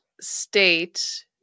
state